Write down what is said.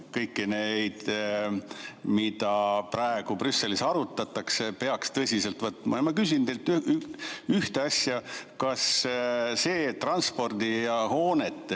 mida praegu Brüsselis arutatakse, peaks tõsiselt võtma? Ma küsin teilt ühte asja: kas see transpordi ja hoonete